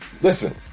listen